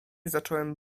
zacząłem